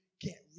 get